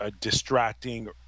distracting